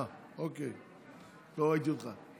אה, אוקיי, לא ראיתי אותך.